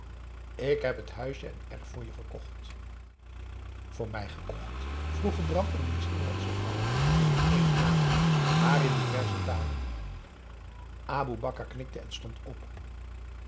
ik heb t huisje en erf voor je gekocht voor mij gekocht vroegen bram en diens inlandsche vrouw in één adem maar in diverse talen aboe bakar knikte en stond op